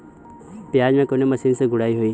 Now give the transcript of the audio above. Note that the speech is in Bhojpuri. प्याज में कवने मशीन से गुड़ाई होई?